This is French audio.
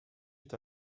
est